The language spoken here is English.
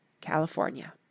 California